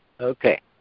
Okay